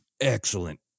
excellent